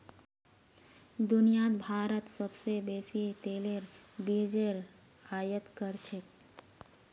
दुनियात भारतत सोबसे बेसी तेलेर बीजेर आयत कर छेक